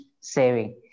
saving